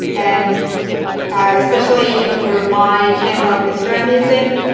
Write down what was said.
and especially, you know, for ah my chamber orchestra music,